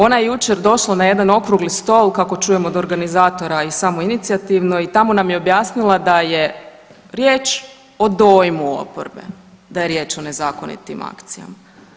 Ona je jučer došla na jedna okrugli stol kako čujem od organizatora i samoinicijativno i tamo nam je objasnila da je riječ o dojmu oporbe da je riječ o nezakonitim akcijama.